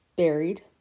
buried